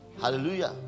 Hallelujah